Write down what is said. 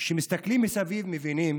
כשמסתכלים מסביב מבינים